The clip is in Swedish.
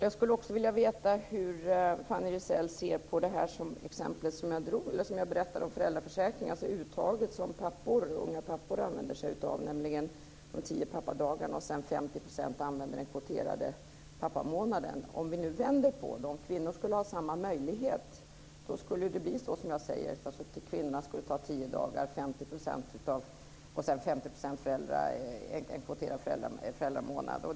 Jag skulle också vilja veta hur Fanny Rizell ser på det exempel som jag berättade om, alltså det uttag av föräldraförsäkringen som unga pappor använder sig av, nämligen de tio pappadagarna och sedan använder 50 % den kvoterade pappamånaden. Om vi nu vänder på det, om kvinnor skulle ha samma möjlighet skulle det bli som jag säger, alltså kvinnorna skulle ta tio dagar och 50 % skulle ta en kvoterad föräldramånad.